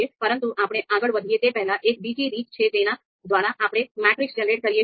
પરંતુ આપણે આગળ વધીએ તે પહેલાં એક બીજી રીત છે જેના દ્વારા આપણે મેટ્રિક્સ જનરેટ કરી શકીએ છીએ